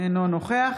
אינו נוכח